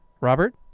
Robert